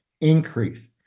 increase